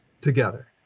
together